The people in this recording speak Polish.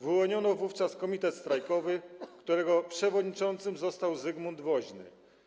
Wyłoniono wówczas komitet strajkowy, którego przewodniczącym został Zygmunt Woźny.